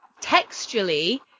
textually